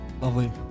Lovely